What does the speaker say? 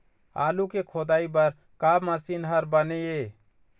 आलू के खोदाई बर का मशीन हर बने ये?